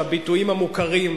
הביטויים המוכרים,